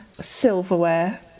silverware